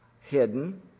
hidden